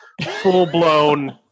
full-blown